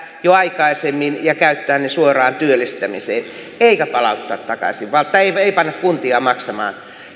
jo aikaisemmin ja käyttää ne suoraan työllistämiseen eikä palauttaa takaisin ei panna kuntia maksamaan